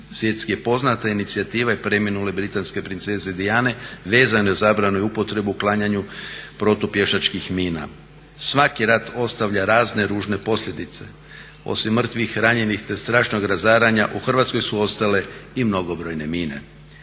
Svjetski je poznata inicijativa i preminule britanske princeze Diane vezane uz zabranu i upotrebu i uklanjanju protupješačkih mina. Svaki rat ostavlja razne ružne posljedice. Osim mrtvih, ranjenih te strašnog razaranja u Hrvatskoj su ostale i mnogobrojne mine.